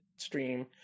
Stream